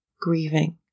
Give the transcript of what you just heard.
grieving